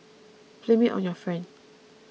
blame it on your friend